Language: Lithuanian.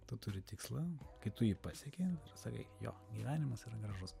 tu turi tikslą kai tu jį pasieki sakai jo gyvenimas yra gražus